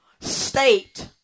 state